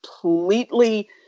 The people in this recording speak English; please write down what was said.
completely